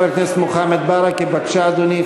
חבר הכנסת מוחמד ברכה, בבקשה, אדוני.